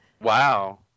wow